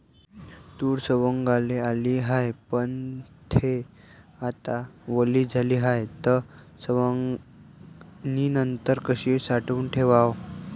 तूर सवंगाले आली हाये, पन थे आता वली झाली हाये, त सवंगनीनंतर कशी साठवून ठेवाव?